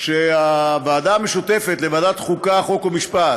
כשהוועדה המשותפת לוועדת החוקה, חוק ומשפט